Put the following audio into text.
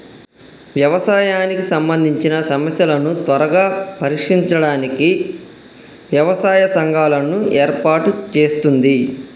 వ్యవసాయానికి సంబందిచిన సమస్యలను త్వరగా పరిష్కరించడానికి వ్యవసాయ సంఘాలను ఏర్పాటు చేస్తుంది